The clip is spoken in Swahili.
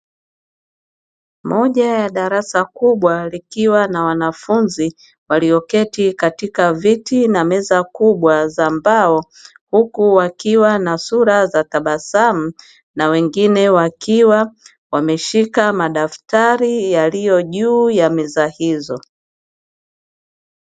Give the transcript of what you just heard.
Moja ya darasa kubwa likiwa na wanafunzi walioketi katika viti na meza kubwa za mbao, huku wakiwa na sura za tabasamu na wengine wakiwa wameshika madaftari yaliyo juu ya meza hizo.